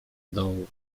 dołu